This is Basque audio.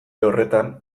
horretan